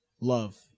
love